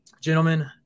Gentlemen